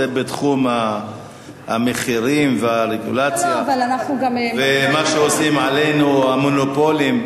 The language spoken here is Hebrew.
זה בתחום המחירים והרגולציה ומה שעושים עלינו המונופולים.